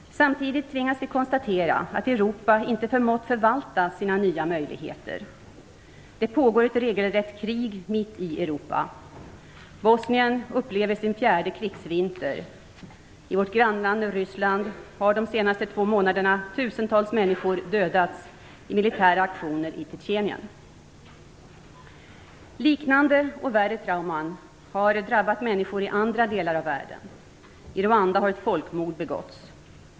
Samtidigt tvingas vi konstatera att Europa inte förmått förvalta sina nya möjligheter. Det pågår ett regelrätt krig mitt i Europa. Bosnien upplever sin fjärde krigsvinter. I vårt grannland Ryssland har de senaste två månaderna tusentals människor dödats i militära aktioner i Tjetjenien. Liknande och värre trauman har drabbat människor i andra delar av världen. I Rwanda har ett folkmord begåtts.